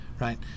right